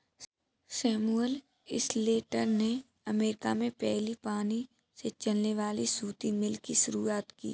Samuel Slater ने America में पहली पानी से चलने वाली सूती मिल की शुरुआत की